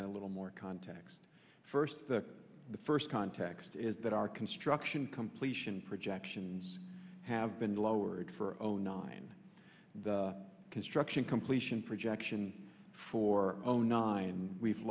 then a little more context first the first context is that our construction completion projections have been lowered for only nine the construction completion projection for own nine we've